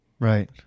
Right